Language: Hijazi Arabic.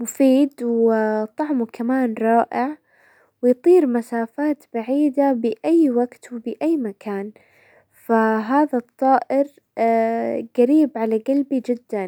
مفيد وطعمه كمان رائع، ويطير مسافات بعيدة باي وقت وباي مكان، فهذا الطائر قريب على قلبي جدا.